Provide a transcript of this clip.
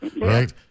Right